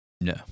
No